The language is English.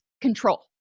control